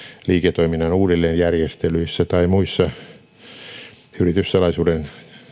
liiketoiminnan uudelleenjärjestelyissä tai muihin yrityssalaisuuden